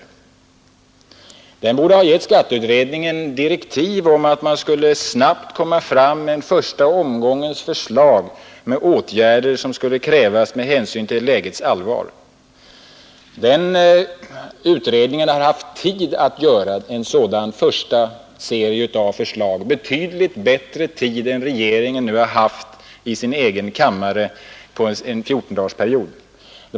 Och regeringen borde ha gett skatteutredningen direktiv att den snabbt skulle komma fram med den första omgång förslag till åtgärder som krävdes med hänsyn till lägets allvar. Den utredningen hade haft tid att göra en sådan första serie av förslag, betydligt bättre tid än regeringen nu har haft i sin egen kammare under en fjortondagarsperiod.